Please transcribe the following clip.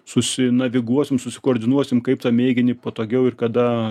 susinaviguosim susikoordinuosim kaip tą mėginį patogiau ir kada